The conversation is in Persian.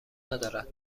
ندارد